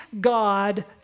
God